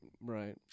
right